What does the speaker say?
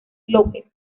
lópez